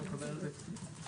הישיבה ננעלה בשעה 10:04.